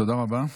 תודה רבה.